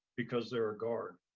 because they're a guard.